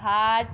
Bhatt